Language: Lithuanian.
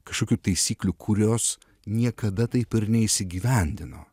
kažkokių taisyklių kurios niekada taip ir neįsigyvendino